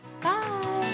Bye